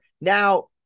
Now